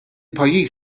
pajjiż